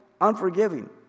unforgiving